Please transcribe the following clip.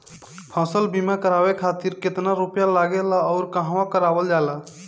फसल बीमा करावे खातिर केतना रुपया लागेला अउर कहवा करावल जाला?